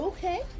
Okay